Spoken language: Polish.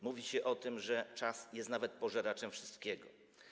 Mówi się o tym, że czas jest nawet pożeraczem wszystkiego.